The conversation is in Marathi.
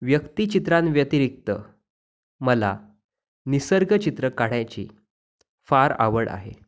व्यक्तिचित्रांव्यतिरिक्त मला निसर्गचित्र काढायची फार आवड आहे